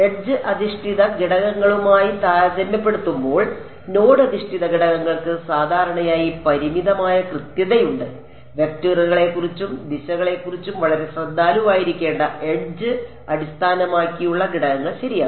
edge അധിഷ്ഠിത ഘടകങ്ങളുമായി താരതമ്യപ്പെടുത്തുമ്പോൾ നോഡ് അധിഷ്ഠിത ഘടകങ്ങൾക്ക് സാധാരണയായി പരിമിതമായ കൃത്യതയുണ്ട് വെക്ടറുകളെക്കുറിച്ചും ദിശകളെക്കുറിച്ചും വളരെ ശ്രദ്ധാലുവായിരിക്കേണ്ട എഡ്ജ് അടിസ്ഥാനമാക്കിയുള്ള ഘടകങ്ങൾ ശരിയാണ്